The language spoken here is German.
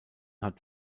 hat